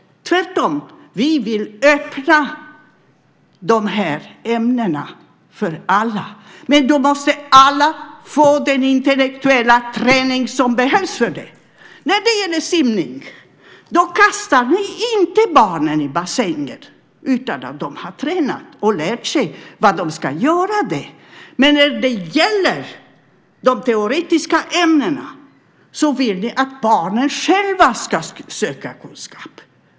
Vi vill tvärtom öppna de här ämnena för alla. Då måste alla få den intellektuella träning som behövs för det. När det gäller simning kastar ni inte barnen i bassängen utan att de har tränat och lärt sig vad de ska göra där. När det gäller de teoretiska ämnena vill ni att barnen själva ska söka kunskap.